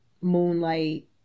moonlight